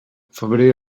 febrer